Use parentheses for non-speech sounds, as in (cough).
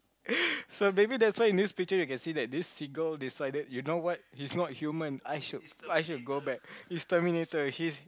(breath) so maybe that's why in this picture you can see that this single decided you know what he's not human I should I should go back he's terminator he's